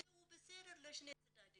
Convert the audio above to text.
הוא אמר שהוא בסדר לשני הצדדים.